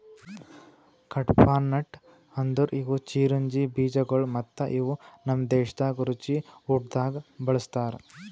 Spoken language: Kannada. ಕಡ್ಪಾಹ್ನಟ್ ಅಂದುರ್ ಇದು ಚಿರೊಂಜಿ ಬೀಜಗೊಳ್ ಮತ್ತ ಇವು ನಮ್ ದೇಶದಾಗ್ ರುಚಿ ಊಟ್ದಾಗ್ ಬಳ್ಸತಾರ್